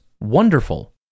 wonderful